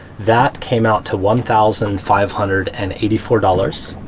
that came out to one thousand five hundred and eighty four dollars.